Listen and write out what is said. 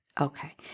Okay